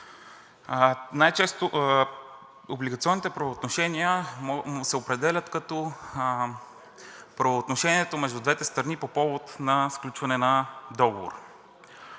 Най-често облигационните правоотношения се определят като правоотношението между двете страни по повод на сключване на договор.